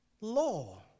law